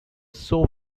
show